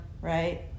Right